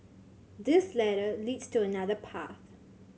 this ladder leads to another path